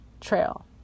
trail